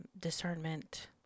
discernment